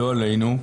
לא עלינו,